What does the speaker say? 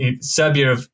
Serbia